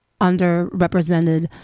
underrepresented